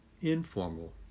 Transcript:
informal